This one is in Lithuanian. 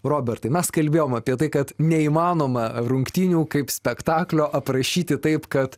robertai mes kalbėjom apie tai kad neįmanoma rungtynių kaip spektaklio aprašyti taip kad